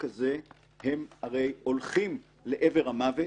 הם הרי הולכים לעבר המוות.